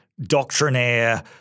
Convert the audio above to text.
doctrinaire